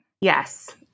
Yes